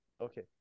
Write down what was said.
okay